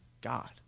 God